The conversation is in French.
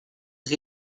été